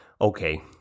okay